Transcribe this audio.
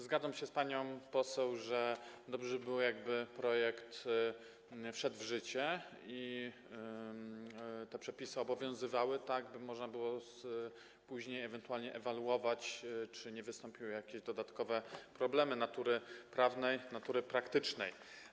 Zgadzam się z panią poseł, że dobrze by było, gdyby projekt wszedł w życie i gdyby te przepisy obowiązywały tak, by można było później ewentualnie ewaluować, czy nie wystąpiły jakieś dodatkowe problemy natury prawnej, natury praktycznej.